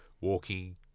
walking